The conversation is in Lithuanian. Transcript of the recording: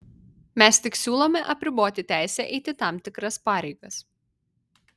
mes tik siūlome apriboti teisę eiti tam tikras pareigas